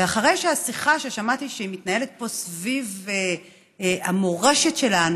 ואחרי השיחה ששמעתי שמתנהלת פה סביב המורשת שלנו,